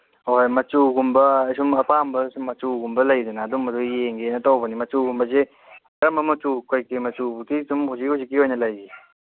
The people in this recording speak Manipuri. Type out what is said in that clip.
ꯑꯧ ꯍꯣꯏ ꯃꯆꯨꯒꯨꯝꯕ ꯁꯨꯝ ꯑꯄꯥꯝꯕ ꯁꯨꯝ ꯃꯆꯨꯒꯨꯝꯕ ꯂꯩꯗꯅ ꯑꯗꯨꯒꯨꯝꯕꯗꯣ ꯌꯦꯡꯒꯦꯅ ꯇꯧꯕꯅꯤ ꯃꯆꯨꯒꯨꯝꯕꯁꯦ ꯀꯔꯝꯕ ꯃꯆꯨ ꯀꯔꯤ ꯀꯔꯤ ꯃꯆꯨꯗꯤ ꯍꯧꯖꯤꯛ ꯑꯗꯨꯝ ꯍꯧꯖꯤꯛ ꯍꯧꯖꯤꯛꯀꯤ ꯑꯣꯏꯅ ꯂꯩꯔꯤ